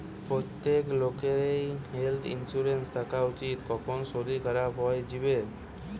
প্রত্যেক লোকেরই health insurance থাকা উচিত, কখন শরীর খারাপ হই যিবে